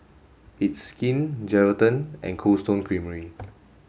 it's Skin Geraldton and Cold Stone Creamery